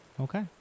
Okay